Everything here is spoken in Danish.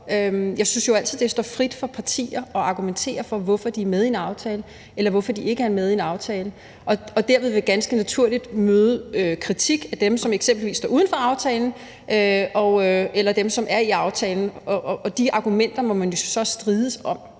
Jeg synes jo altid, det står frit for partier at argumentere for, hvorfor de er med i en aftale, eller hvorfor de ikke er med i en aftale, og de vil derfor ganske naturligt møde kritik fra dem, der eksempelvis står uden for aftalen, eller fra dem, som er i aftalen, og så må man strides om